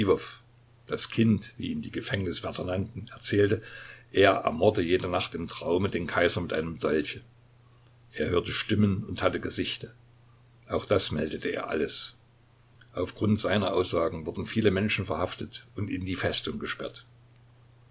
das kind wie ihn die gefängniswärter nannten erzählte er ermorde jede nacht im traume den kaiser mit einem dolche er hörte stimmen und hatte gesichte auch das meldete er alles auf grund seiner aussagen wurden viele menschen verhaftet und in die festung gesperrt